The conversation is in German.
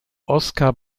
oskar